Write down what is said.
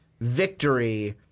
victory